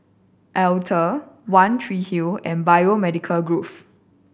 Altez One Tree Hill and Biomedical Grove